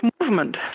movement